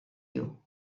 you